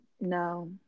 no